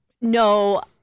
No